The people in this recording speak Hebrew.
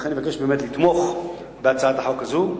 לכן, אני מבקש לתמוך בהצעת החוק הזאת,